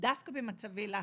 דווקא במצבי לחץ,